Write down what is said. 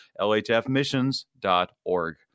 lhfmissions.org